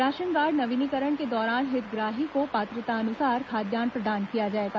ration card नवीनीकरण के दौरान हितग्राही को पात्रतानुसार खाद्यान्न प्रदान किया जाएगा